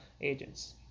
agents